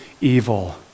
evil